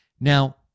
now